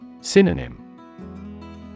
synonym